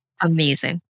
Amazing